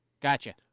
Gotcha